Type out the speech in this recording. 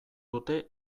dute